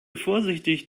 vorsichtig